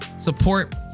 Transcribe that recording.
support